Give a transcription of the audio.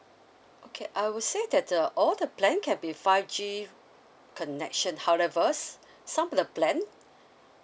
okay I would say that the all the plan can be five G connection however some of the plan